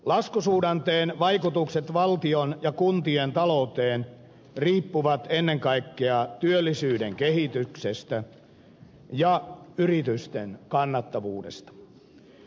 laskusuhdanteen vaikutukset valtion ja kuntien talouteen riippuvat ennen kaikkea työllisyyden kehityksestä ja yritysten kannattavuudesta